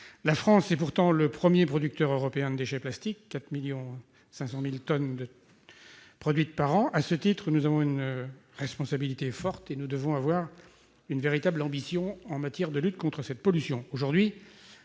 La France est pourtant le premier producteur européen de déchets plastiques, avec 4,5 millions de tonnes produites chaque année. À ce titre, nous avons une responsabilité forte et nous devons avoir une véritable ambition en matière de lutte contre cette pollution.